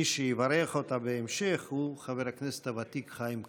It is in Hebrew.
מי שיברך אותה בהמשך הוא חבר הכנסת הוותיק חיים כץ.